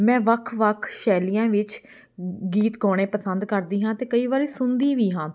ਮੈਂ ਵੱਖ ਵੱਖ ਸ਼ੈਲੀਆਂ ਵਿੱਚ ਗੀਤ ਗਾਉਣੇ ਪਸੰਦ ਕਰਦੀ ਹਾਂ ਅਤੇ ਕਈ ਵਾਰੀ ਸੁਣਦੀ ਵੀ ਹਾਂ